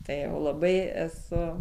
tai jau labai esu